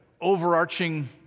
overarching